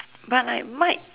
but like mic